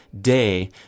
day